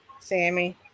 Sammy